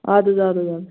اَد حظ اَدٕ حظ اَدٕ حظ